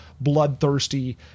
bloodthirsty